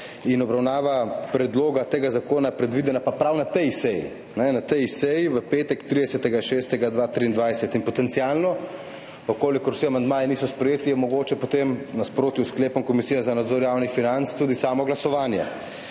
Obravnava predloga tega zakona je predvidena pa prav na tej seji, na tej seji v petek, 30. 6. 2023. Potencialno, če vsi amandmaji niso sprejeti, je mogoče potem v nasprotju s sklepom Komisije za nadzor javnih financ tudi samo glasovanje.